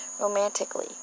romantically